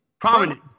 Prominent